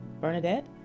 Bernadette